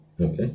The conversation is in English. Okay